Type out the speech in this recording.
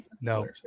no